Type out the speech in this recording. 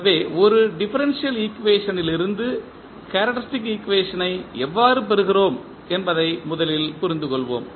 எனவே ஒரு டிஃபரன்ஷியல் ஈக்குவேஷனிலிருந்து கேரக்டரிஸ்டிக் ஈக்குவேஷன் ஐ எவ்வாறு பெறுகிறோம் என்பதை முதலில் புரிந்துகொள்வோம்